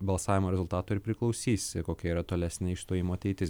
balsavimo rezultatų ir priklausys kokia yra tolesnė išstojimo ateitis